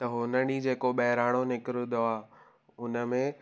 त उन ॾींहुं जेको बहिराणो निकिरंदो आहे उनमें